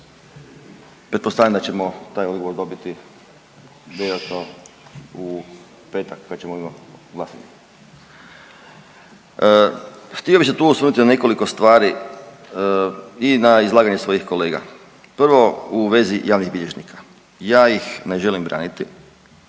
Pretpostavljam da ćemo taj odgovor dobiti vjerojatno u petak kad ćemo imati glasanje. Htio bih se tu osvrnuti na nekoliko stvari i na izlaganje svojih kolega. Prvo u vezi javnih bilježnika, ja ih ne želim braniti,